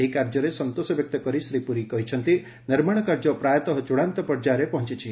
ଏହି କାର୍ଯ୍ୟରେ ସନ୍ତୋଷବ୍ୟକ୍ତ କରି ଶ୍ରୀ ପୁରୀ କହିଛନ୍ତି ନିର୍ମାଣକାର୍ଯ୍ୟ ପ୍ରାୟତଃ ଚୂଡାନ୍ତ ପର୍ଯ୍ୟାୟରେ ପହଞ୍ଚିଛି